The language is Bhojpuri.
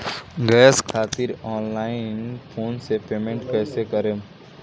गॅस खातिर ऑनलाइन फोन से पेमेंट कैसे करेम?